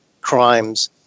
crimes